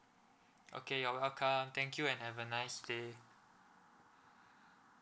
okay you're welcome thank you and have a nice day